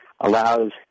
allows